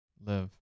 live